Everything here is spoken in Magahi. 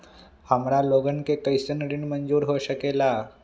हमार लोगन के कइसन ऋण मंजूर हो सकेला?